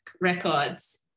Records